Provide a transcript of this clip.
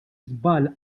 żball